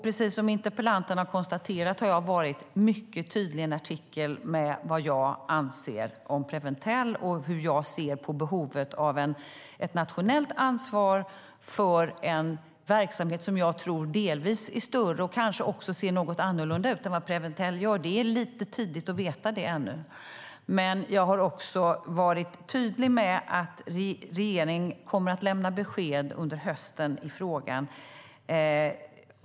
Precis som interpellanten har konstaterat har jag varit mycket tydlig i en artikel med vad jag anser om Preventell och hur jag ser på behovet av ett nationellt ansvar för en verksamhet som jag tror delvis är större och kanske också ser något annorlunda ut än Preventell. Det är lite tidigt att veta det ännu. Regeringen kommer att lämna besked under hösten i frågan.